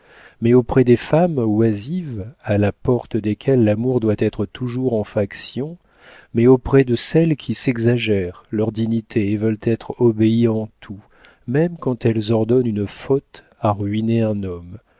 mais auprès des femmes oisives à la porte desquelles l'amour doit être toujours en faction mais auprès de celles qui s'exagèrent leur dignité et veulent être obéies en tout même quand elles ordonnent une faute à ruiner un homme